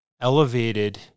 elevated